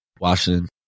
Washington